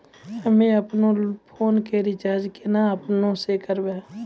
हम्मे आपनौ फोन के रीचार्ज केना आपनौ से करवै?